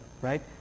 Right